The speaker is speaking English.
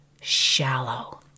shallow